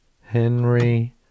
Henry